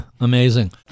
amazing